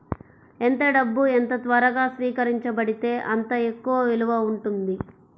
ఎంత డబ్బు ఎంత త్వరగా స్వీకరించబడితే అంత ఎక్కువ విలువ ఉంటుంది